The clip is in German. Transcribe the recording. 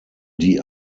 die